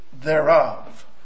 thereof